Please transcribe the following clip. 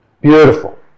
beautiful